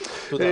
תודה.